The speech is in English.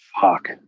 Fuck